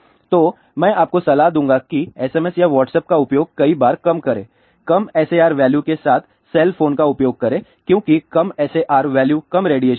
तो मैं आपको सलाह दूंगा कि SMS या व्हाट्सएप का उपयोग कई बार कम करें कम SAR वैल्यू के साथ सेल फोन का उपयोग करें क्योंकि कम SAR वैल्यू कम रेडिएशन होगा